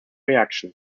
reaction